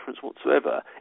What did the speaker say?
whatsoever